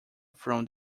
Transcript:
from